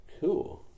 Cool